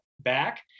back